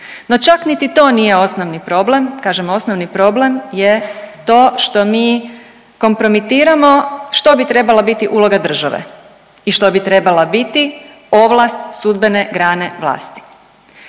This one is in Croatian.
No čak niti to nije osnovni problem, kažem osnovni problem je to što mi kompromitiramo što bi trebala biti uloga države i što bi trebala biti ovlast sudbene grane vlasti.